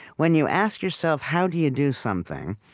when you ask yourself how do you do something?